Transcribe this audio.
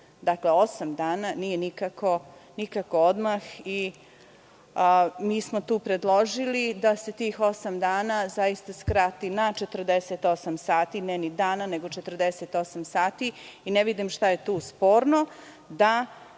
Dakle, osam dana nije nikako odmah i mi smo tu predložili da se tih osam dana skrati na 48 sati, ne ni dana, nego 48 sati. Ne vidim šta je tu sporno da